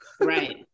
Right